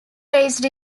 raised